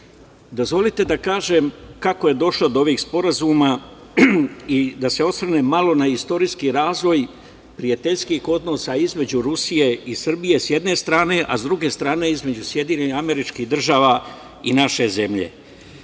Srbije. Dozvolite da kažem kako je došlo do ovih sporazuma i da se osvrnem malo na istorijski razvoj prijateljskih odnosa između Rusije i Srbije s jedne strane, a s druge strane između SAD i naše zemlje. To